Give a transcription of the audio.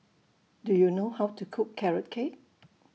Do YOU know How to Cook Carrot Cake